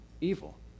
evil